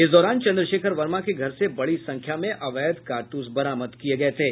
इस दौरान चंद्रशेखर वर्मा के घर से बड़ी संख्या में अवैध कारतूस बरामद किये गये थे